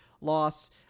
loss